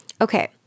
Okay